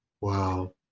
Wow